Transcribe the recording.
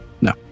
no